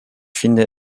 finde